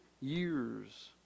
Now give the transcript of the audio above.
years